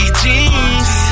jeans